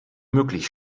möglich